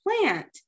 plant